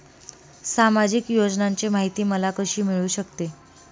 सामाजिक योजनांची माहिती मला कशी मिळू शकते?